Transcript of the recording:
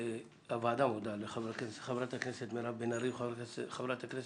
הוועדה מודה לחברת הכנסת מירב בן ארי וחברת הכנסת